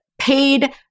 paid